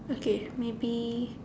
okay maybe